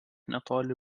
netoli